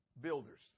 builders